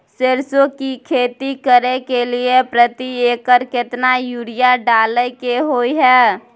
सरसो की खेती करे के लिये प्रति एकर केतना यूरिया डालय के होय हय?